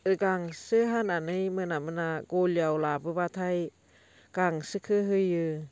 गांसो हानानै मोना मोना गलियाव लाबोबाथाय गांसोखौ होयो